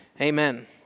Amen